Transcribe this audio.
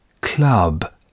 Club